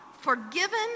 forgiven